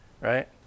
right